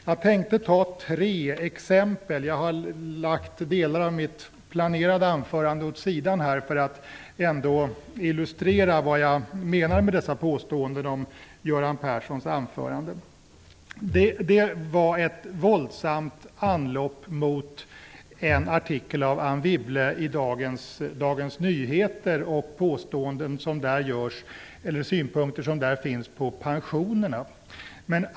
Jag har lagt delar av mitt planerade anförande åt sidan för att illustrera vad jag menar med dessa mina påståenden om Göran Perssons anförande. Jag tänker ge tre exempel. Det gjordes för det första ett våldsamt anlopp mot en artikel av Anne Wibble i dagens nummer av Dagens Nyheter och synpunkter som där anförs på pensionerna.